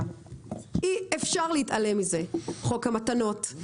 ואי אפשר להתעלם מזה "חוק המתנות",